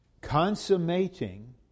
consummating